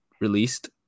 released